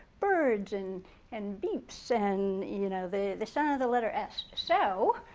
birds and and beeps and you know the the sound of the letter s. so